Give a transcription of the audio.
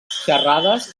xerrades